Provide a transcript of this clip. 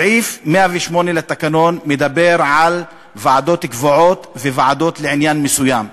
סעיף 108 לתקנון מדבר על ועדות קבועות וועדות לעניין מסוים.